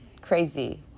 crazy